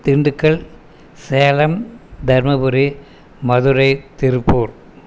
Dindigul Salem Dharmapuri Madurai Tiruppur